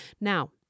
Now